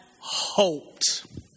hoped